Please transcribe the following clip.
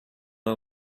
our